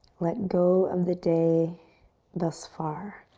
let go of the day thus far.